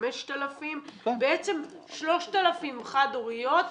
5,000 בעצם, 3,000 חד הוריות קיבלו,